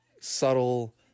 subtle